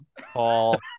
Paul